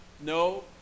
No